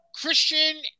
Christian